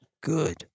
good